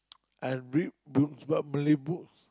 I read books what Malay books